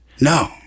no